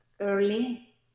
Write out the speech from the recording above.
early